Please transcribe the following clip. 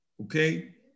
okay